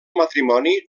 matrimoni